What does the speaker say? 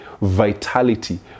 vitality